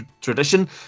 tradition